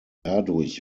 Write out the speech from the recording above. dadurch